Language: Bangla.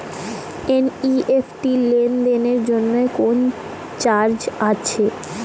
এন.ই.এফ.টি লেনদেনের জন্য কোন চার্জ আছে?